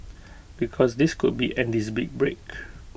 because this could be Andy's big break